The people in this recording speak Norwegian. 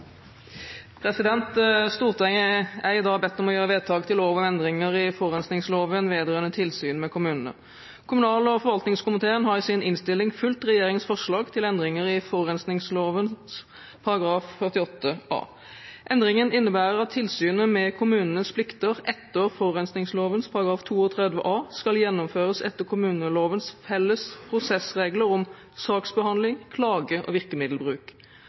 i dag bedt om å gjøre vedtak til lov om endringer i forurensningsloven vedrørende tilsyn med kommunene. Kommunal- og forvaltningskomiteen har i sin innstilling fulgt regjeringens forslag til endringer i forurensningsloven § 48 a. Endringen innebærer at tilsynet med kommunenes plikter etter forurensningsloven § 32 a skal gjennomføres etter kommunelovens felles prosessregler om saksbehandling, klage og virkemiddelbruk.